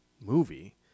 movie